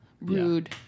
rude